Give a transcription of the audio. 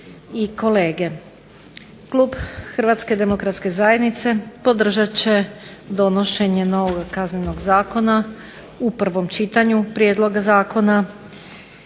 kolege. Klub HDZ-a podržat će donošenje novog Kaznenog zakona u prvom čitanju, Prijedloga zakona.